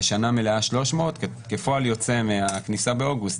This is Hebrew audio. לשנה מלאה 300. כפועל יוצא מהכניסה באוגוסט,